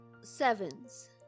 sevens